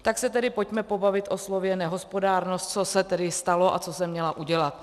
Tak se tedy pojďme pobavit o slově nehospodárnost, co se tedy stalo a co jsem měla udělat.